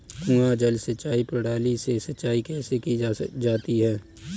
कुआँ जल सिंचाई प्रणाली से सिंचाई कैसे की जाती है?